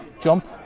jump